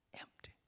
empty